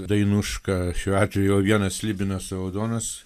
dainuška šiuo atveju jau vienas slibinas raudonas